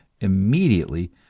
immediately